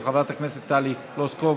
של חברת הכנסת טלי פלוסקוב.